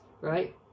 right